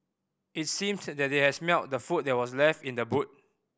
it seemed that they had smelt the food that were left in the boot